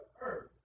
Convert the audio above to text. Earth